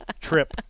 trip